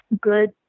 good